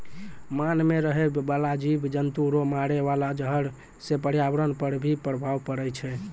मान मे रहै बाला जिव जन्तु रो मारे वाला जहर से प्रर्यावरण पर भी प्रभाव पड़ै छै